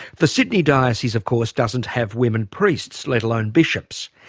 the sydney diocese of course, doesn't have women priests, let alone bishops.